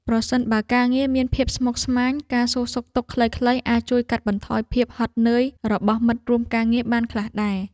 ប្រសិនបើការងារមានភាពស្មុគស្មាញ ការសួរសុខទុក្ខខ្លីៗអាចជួយកាត់បន្ថយភាពហត់នឿយរបស់មិត្តរួមការងារបានខ្លះដែរ។